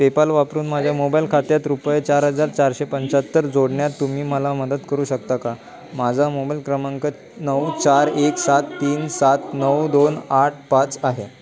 PayPal वापरून माझ्या mobile खात्यात रुपये चार हजार चारशे पंच्याहत्तर जोडण्यात तुम्ही मला मदत करू शकता का माझा मोबाईल क्रमांक नऊ चार एक सात तीन सात नऊ दोन आठ पाच आहे